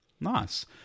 Nice